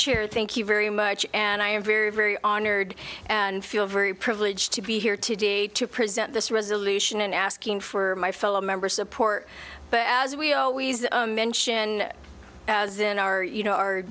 chair thank you very much and i am very very honored and feel very privileged to be here today to present this resolution asking for my fellow member support but as we always mention as in our you know our